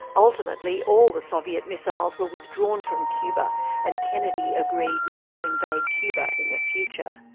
ultimately all the soviet missiles were withdrawn from cuba and kennedy agreed not to invade cuba in the future.